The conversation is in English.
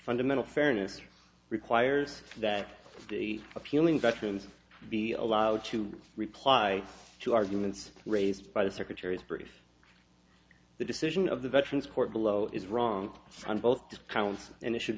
fundamental fairness requires that the appealing veterans be allowed to reply to arguments raised by the secretary's brief the decision of the veterans court below is wrong on both counts and it should